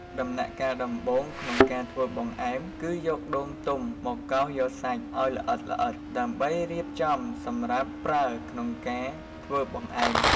ដំណាក់កាលដំបូងក្នុងការធ្វើបង្អែម គឺយកដូងទុំមកកោសយកសាច់ឱ្យល្អិតៗ ដើម្បីរៀបចំសម្រាប់ប្រើក្នុងការធ្វើបង្អែម។